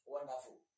Wonderful